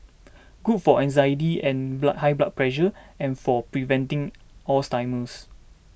good for anxiety and blood high blood pressure and for preventing Alzheimer's